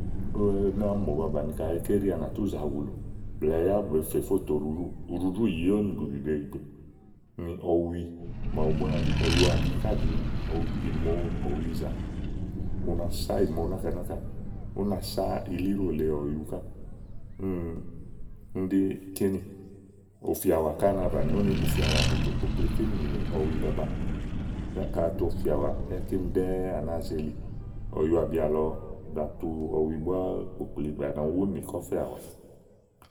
ówo ɛnɛ àámi mò ba bàni. kayi ká elíì ánà tú zàa wúlù blɛ̀ɛ yá báa kɛ̀ fó tòo uɖuɖú, uɖuɖú zàyi ówò nì buɖìɖe ìgbèè, úni ɔwi màawu búá, ɔ̀yuábì ká ɖìi ìmoɔ̀wizà una sá ìmo náka náka ú na sá ilíɖo lèe ɔ̀yu ká úni úni ɖi kínì. ùfìàwà ká na bàni úni ùfìàwà, bùtò kpokpli úni nì ɔwi babaà. ka à tu ùfìàwà, yá kíní ɖɛ́ɛ́ à nàáa ze li. ɔ̀yuàbi alɔ batu ɔwi búá kpòkpli blɛ́ɛ à nà mi wu úni nì kɔ̀fɛ̀àwa.